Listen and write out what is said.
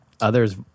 others